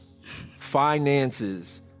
Finances